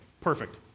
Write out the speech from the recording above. perfect